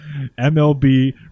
MLB